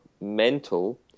mental